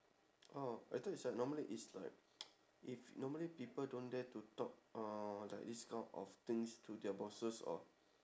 oh I thought it's like normally it's like if normally people don't dare to talk uh like this kind of things to their bosses or